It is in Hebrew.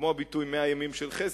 כמו הביטוי "מאה ימים של חסד",